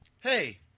hey